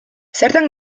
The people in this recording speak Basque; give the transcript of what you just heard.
zertan